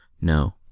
No